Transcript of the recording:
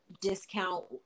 discount